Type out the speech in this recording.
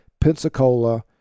Pensacola